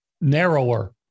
narrower